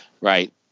Right